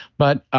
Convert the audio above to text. but